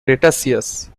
cretaceous